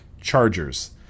chargers